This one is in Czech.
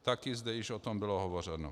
Taky zde již o tom bylo hovořeno.